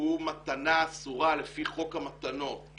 הוא מתנה אסורה לפי חוק המתנות,